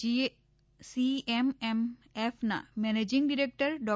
જીસીએમએમએફના managing director Dr